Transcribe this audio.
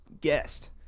guest